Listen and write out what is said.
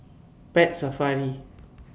Pet Safari